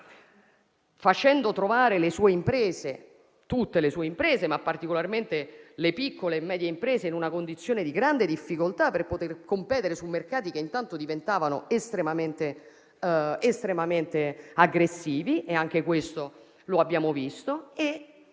facendo trovare tutte le sue imprese, ma particolarmente quelle piccole e medie, in una condizione di grande difficoltà per poter competere su mercati che intanto diventavano estremamente aggressivi (anche questo lo abbiamo visto).